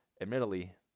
admittedly